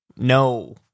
No